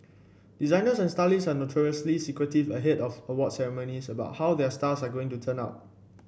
designers and stylists are notoriously secretive ahead of awards ceremonies about how their stars are going to turn out